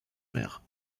mère